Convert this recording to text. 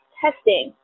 testing